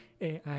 AI